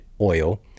oil